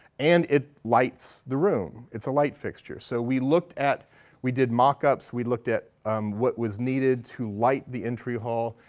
and it lights the room, it's a light fixture. so we looked at we did mockups. we looked at um what was needed to light the entry hall.